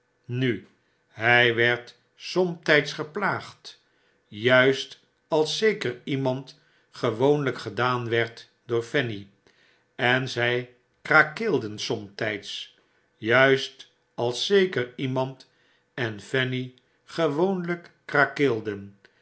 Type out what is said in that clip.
nu hy werd somtijds geplaagd juist als zeker iemand gewoonlijk gedaan werd door fanny en zy krakeelden somtijds juist als zeker iemand en fanny gewoonlijk krakeelden